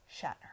Shatner